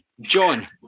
John